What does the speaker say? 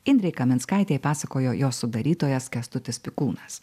indrei kaminskaitei pasakojo jos sudarytojas kęstutis pikūnas